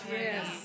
yes